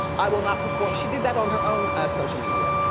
i will not perform. she did that on her own social media.